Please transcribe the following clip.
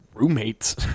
roommates